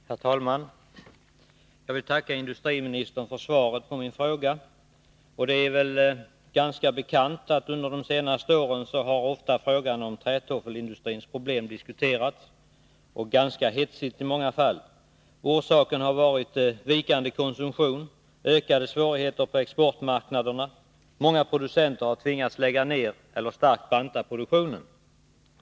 Herr talman! Jag vill tacka industriministern för svaret på min fråga. Det är väl bekant att trätoffelindustrins problem ofta har diskuterats under de senaste åren, och i många fall ganska hetsigt. Orsaken har varit vikande konsumtion och ökade svårigheter på exportmarknaderna. Många producenter har tvingas lägga ner eller starkt banta produktionen.